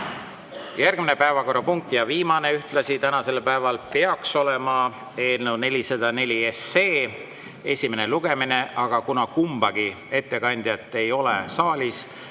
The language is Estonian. Järgmine päevakorrapunkt ja ühtlasi viimane tänasel päeval peaks olema eelnõu 404 esimene lugemine, aga kuna kumbagi ettekandjat ei ole saalis,